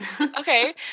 Okay